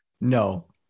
No